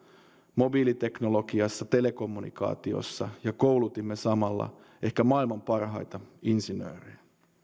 mobiiliteknologiassa telekommunikaatiossa ja koulutimme samalla ehkä maailman parhaita insinöörejä